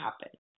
happen